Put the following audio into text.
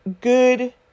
good